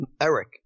Eric